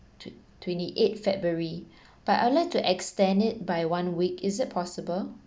twe~ twenty eighth february but I will like to extend it by one week is it possible